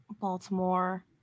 Baltimore